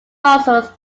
muscles